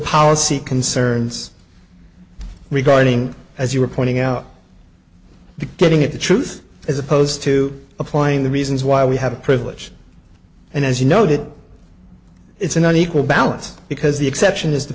see concerns regarding as you were pointing out the getting at the truth as opposed to applying the reasons why we have a privilege and as you noted it's an unequal balance because the exception is the